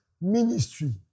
ministry